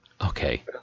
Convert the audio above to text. Okay